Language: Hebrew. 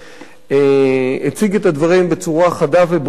הציג את הדברים בצורה חדה וברורה,